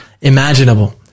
imaginable